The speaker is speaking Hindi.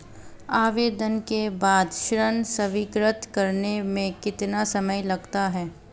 आवेदन के बाद ऋण स्वीकृत करने में कितना समय लगता है?